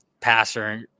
passer